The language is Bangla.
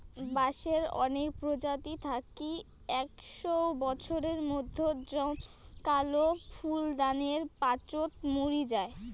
বাঁশের অনেক প্রজাতি থাকি একশও বছর মইধ্যে জমকালো ফুল দানের পাচোত মরি যাই